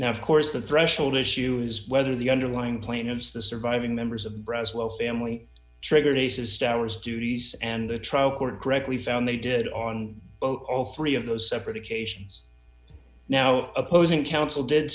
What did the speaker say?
now of course the threshold issue is whether the underlying plaintiffs the surviving members of breslow family triggered ace's tower's duties and the trial court correctly found they did on all three of those separate occasions now opposing counsel did